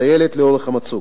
טיילת לאורך המצוק,